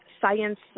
science